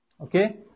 Okay